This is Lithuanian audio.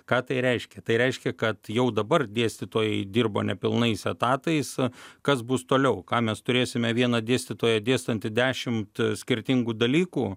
ką tai reiškia tai reiškia kad jau dabar dėstytojai dirba nepilnais etatais kas bus toliau ką mes turėsime vieną dėstytoją dėstantį dešimt skirtingų dalykų